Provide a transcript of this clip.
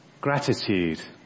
Gratitude